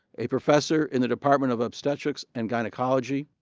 a professor in the department of obstetrics and gynecology.